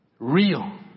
Real